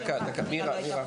דקה, דקה, מירה.